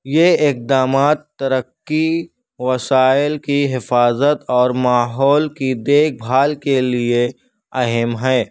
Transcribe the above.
یہ اقدامات ترقی وسائل کی حفاظت اور ماحول کی دیکھ بھال کے لیے اہم ہے